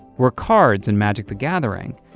were cards in magic the gathering?